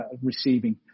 receiving